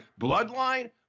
bloodline